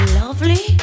lovely